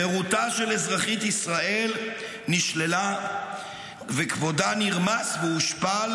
חירותה של אזרחית ישראל נשללה וכבודה נרמס והושפל,